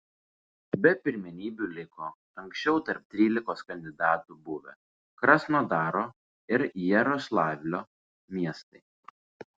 be pirmenybių liko anksčiau tarp trylikos kandidatų buvę krasnodaro ir jaroslavlio miestai